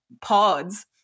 pods